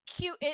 cute